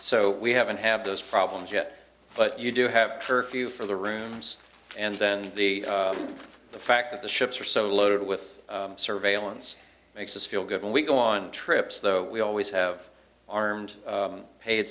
so we haven't had those problems yet but you do have curfew for the rooms and then the the fact that the ships are so loaded with surveillance makes us feel good when we go on trips though we always have armed paid